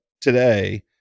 today